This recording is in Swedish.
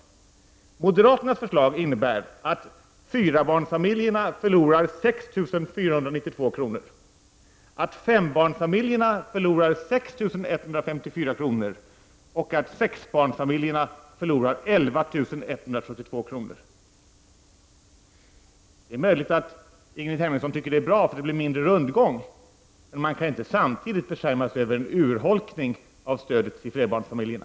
Moderaternas förslag innebär att fyrabarnsfamiljerna förlorar 6 492 kr., fembarnsfamiljerna 6 154 kr. och sexbarnsfamiljerna 11 172 kr. Det är möjligt att Ingrid Hemmingsson tycker att det är bra, för det blir mindre rundgång, men man kan inte samtidigt beskärma sig över en urholkning av stödet till flerbarnsfamiljerna.